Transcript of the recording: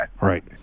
Right